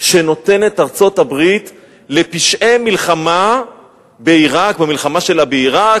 שנותנת ארצות-הברית לפשעי מלחמה במלחמה שלה בעירק,